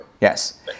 Yes